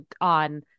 on